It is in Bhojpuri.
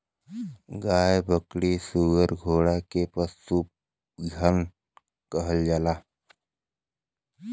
गाय बकरी सूअर घोड़ा के पसुधन कहल जाला